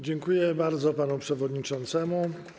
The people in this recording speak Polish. Dziękuję bardzo panu przewodniczącemu.